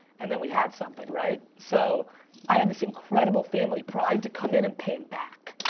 and then we had something, right? so i had this incredible family pride to come in and pay him back,